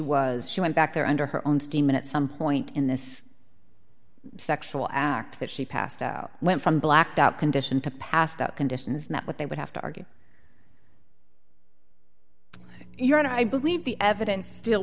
was she went back there under her own steam minute some point in this sexual act that she passed out went from blacked out condition to passed out conditions that what they would have to argue your own i believe the evidence